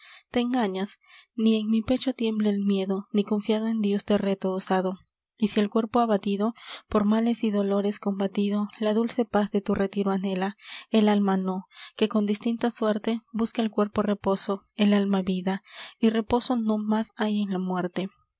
te engañas ni en mi pecho tiembla el miedo ni confiado en dios te reto osado y si el cuerpo abatido por males y dolores combatido la dulce paz de tu retiro anhela el alma nó que con distinta suerte busca el cuerpo reposo el alma vida y reposo no más hay en la muerte